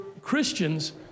Christians